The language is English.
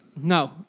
No